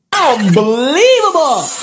Unbelievable